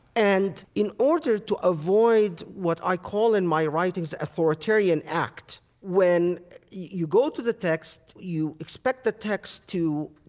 and in order to avoid what i call in my writings authoritarian act when you go to the text, you expect the text to,